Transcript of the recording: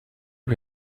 you